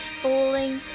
falling